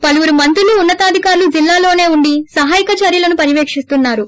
పలువురు మంత్రులు ఉన్న తాధికారులు జిల్లాలోన ఉండి సహాయక చర్యలను పర్యవేక్షిస్తున్నారు